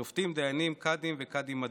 שופטים, דיינים, קאדים וקאדים-מד'הב.